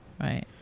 Right